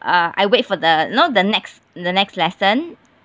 uh I wait for the you know the next the next lesson